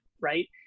right